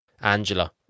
Angela